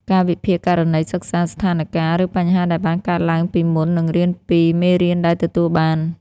ការវិភាគករណីសិក្សា ស្ថានការណ៍ ឬបញ្ហាដែលបានកើតឡើងពីមុន និងរៀនពីមេរៀនដែលទទួលបាន។